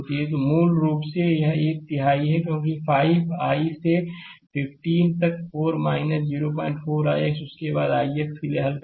तो मूल रूप से यह एक तिहाई है क्योंकि 5 से 15 तक तो 4 04 ix उसके बाद ix के लिए हल करते हैं